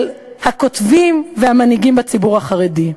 של הכותבים והמנהיגים בציבור החרדי.